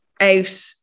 out